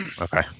Okay